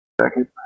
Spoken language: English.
Second